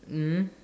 mm